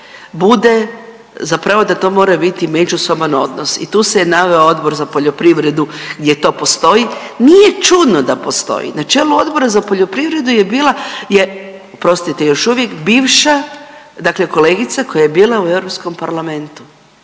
bude, zapravo da to mora biti međusoban odnos. I tu se je naveo Odbor za poljoprivredu gdje to postoji. Nije čudno da postoji, na čelu Odbora za poljoprivredu je bila je, oprostite još uvijek bivša dakle kolegica koja je bila u Europskom parlamentu.